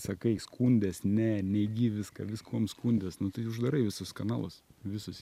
sakai skundies ne neigi viską viskuom skundies nu tai uždarai visus kanalus visus